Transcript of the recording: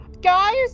guys